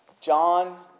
John